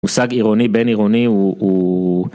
מושג עירוני בן עירוני הוא, הוא